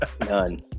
none